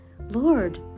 Lord